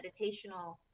meditational